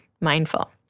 mindful